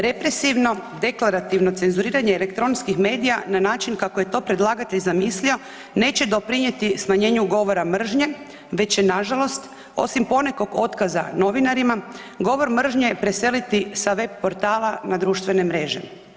Represivno, deklarativno cenzuriranje elektronskih medija na način kako je to predlagatelj zamislio neće doprinijeti smanjenju govora mržnje, već će nažalost osim ponekog otkaza novinarima govor mržnje preseliti sa web portala na društvene mreže.